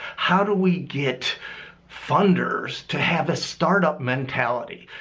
how do we get funders to have a startup mentality?